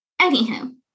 Anywho